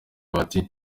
bati